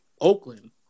Oakland